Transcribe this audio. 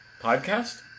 Podcast